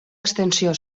extensió